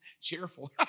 Cheerful